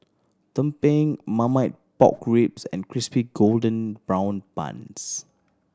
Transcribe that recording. tumpeng Marmite Pork Ribs and Crispy Golden Brown Bun